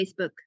Facebook